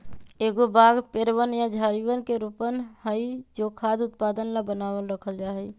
एगो बाग पेड़वन या झाड़ियवन के रोपण हई जो खाद्य उत्पादन ला बनावल रखल जाहई